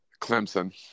Clemson